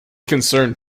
concerned